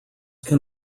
can